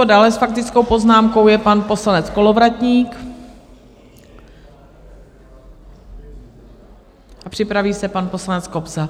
Dále s faktickou poznámkou je pan poslanec Kolovratník a připraví se pan poslanec Kobza.